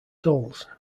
tolls